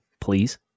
please